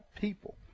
people